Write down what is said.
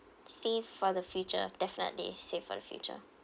save for the future definitely save for the future